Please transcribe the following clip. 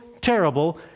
terrible